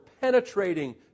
penetrating